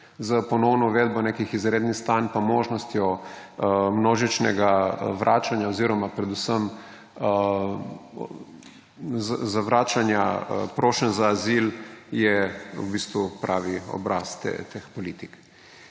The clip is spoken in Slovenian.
s ponovno uvedbo nekih izrednih stanj in možnostjo množičnega vračanja oziroma predvsem zavračanja prošenj za azil, je v bistvu pravi obraz teh politik.